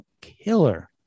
killer